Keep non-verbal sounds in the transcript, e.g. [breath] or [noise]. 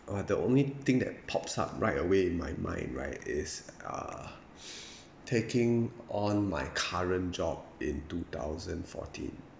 uh the only thing that pops up right away in my mind right is uh [breath] taking on my current job in two thousand fourteen